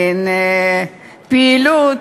אין פעילות,